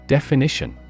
Definition